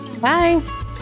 Bye